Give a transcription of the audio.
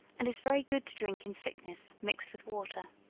and is very good to drink in sickness, mixed with water.